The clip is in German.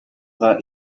war